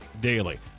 daily